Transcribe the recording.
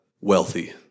wealthy